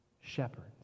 shepherds